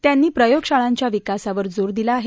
त्यांनी प्रयोगशाळांच्या विकासावर जोर दिला आहे